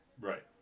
Right